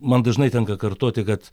man dažnai tenka kartoti kad